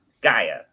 gaia